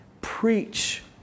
preach